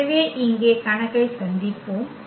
எனவே இங்கே கணக்கை சந்திப்போம்